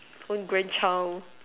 own grandchild